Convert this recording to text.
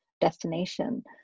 destination